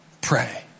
Pray